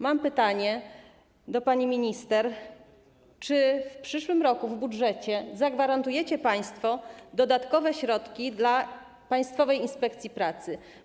Mam pytanie do pani minister: Czy w przyszłym roku w budżecie zagwarantujecie państwo dodatkowe środki dla Państwowej Inspekcji Pracy?